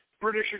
British